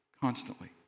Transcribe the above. constantly